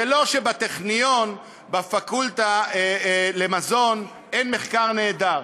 זה לא שבטכניון בפקולטה למזון אין מחקר נהדר,